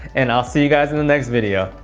and i'll see you guys n the next video!